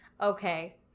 okay